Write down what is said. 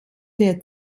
der